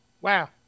wow